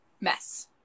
mess